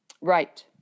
Right